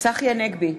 צחי הנגבי,